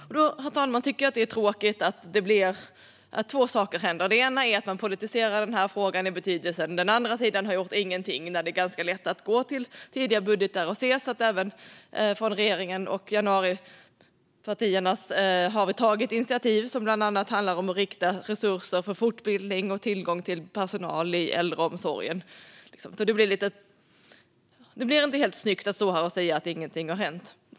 Herr talman! Då tycker jag att det är tråkigt att två saker händer. Det ena är att man politiserar den här frågan i betydelsen att den andra sidan inte har gjort någonting, när det är ganska lätt att gå tillbaka till tidigare budgetar och se att regeringen och januaripartierna har tagit initiativ som bland annat handlat om att rikta resurser till fortbildning och tillgång till personal i äldreomsorgen. Det är inte helt snyggt att stå här och säga att ingenting har hänt.